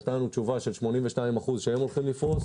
נתנה לנו תשובה ש-82% הם הולכים לפרוס,